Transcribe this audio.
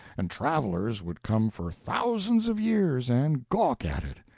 and travellers would come for thousands of years and gawk at it,